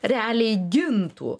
realiai gintų